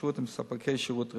התקשרות עם ספקי שירות רפואה.